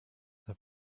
the